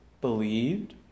believed